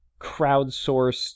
crowdsourced